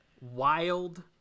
wild